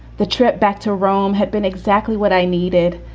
the trip back to rome had been exactly what i needed.